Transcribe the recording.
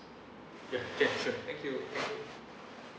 ya can sure thank you thank you